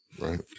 Right